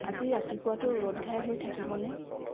আজি ৰাতিপুৱাটো ৰ'দ ঘাই হৈ থাকিবনে